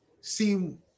seem